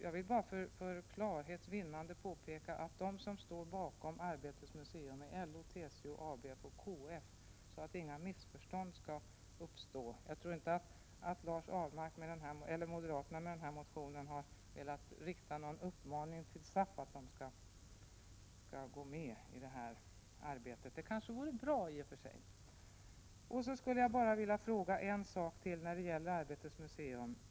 Jag vill bara för klarhets vinnande påpeka att de som står bakom Arbetets museum är LO, TCO, ABF och KF. Jag tror inte att moderaterna med denna motion har velat rikta någon uppmaning till SAF att gå med i det här arbetet. Det kanske vore bra i och för sig. Jag vill bara ställa ytterligare en fråga när det gäller Arbetets museum.